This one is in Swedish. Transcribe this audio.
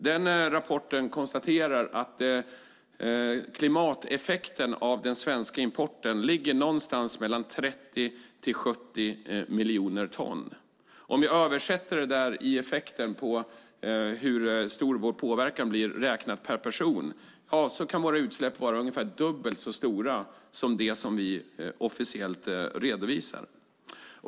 I den konstateras att klimateffekten av den svenska importen ligger någonstans på 30-70 miljoner ton. Om vi översätter det hur effekten blir räknat i påverkan per person kan våra utsläpp vara ungefär dubbelt så stora som vi officiellt redovisar.